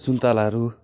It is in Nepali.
सुन्तालाहरू